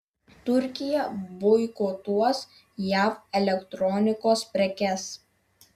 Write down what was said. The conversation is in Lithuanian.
turkija boikotuos jav elektronikos prekes